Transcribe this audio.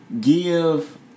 Give